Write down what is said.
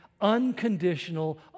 unconditional